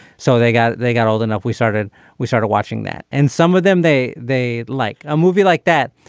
so they got they got old enough we started we started watching that and some of them they they like a movie like that.